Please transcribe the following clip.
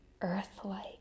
earth-like